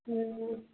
हँ हँ